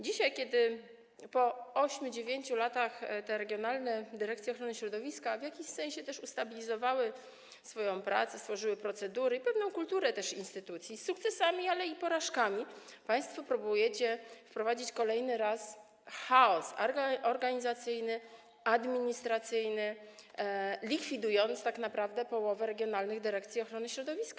Dzisiaj, kiedy po 8, 9 latach te regionalne dyrekcje ochrony środowiska w jakimś sensie ustabilizowały swoją pracę, stworzyły procedury i pewną kulturę instytucji z sukcesami, ale i porażkami, państwo próbujecie wprowadzić kolejny raz chaos organizacyjny, administracyjny, tak naprawdę likwidując połowę regionalnych dyrekcji ochrony środowiska.